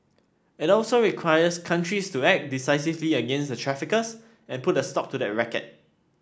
it also requires countries to act decisively against the traffickers and put a stop to the racket